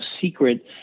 secret